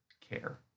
care